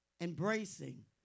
embracing